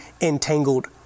entangled